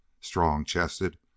strong-chested